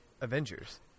Avengers